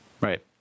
Right